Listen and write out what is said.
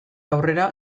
aurrera